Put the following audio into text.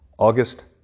August